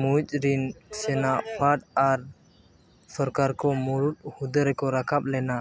ᱢᱩᱭᱤᱡᱽ ᱨᱮᱱ ᱥᱮᱱᱟ ᱯᱷᱟᱹᱫᱽ ᱟᱨ ᱥᱚᱨᱠᱟᱨ ᱠᱚ ᱢᱩᱬᱩᱫ ᱦᱩᱫᱟᱹ ᱨᱮᱠᱚ ᱨᱟᱠᱟᱵ ᱞᱮᱱᱟ